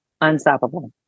Unstoppable